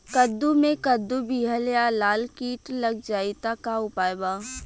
कद्दू मे कद्दू विहल या लाल कीट लग जाइ त का उपाय बा?